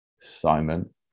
Simon